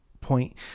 point